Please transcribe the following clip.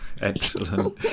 Excellent